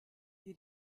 die